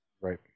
right